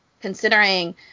considering